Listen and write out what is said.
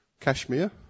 Kashmir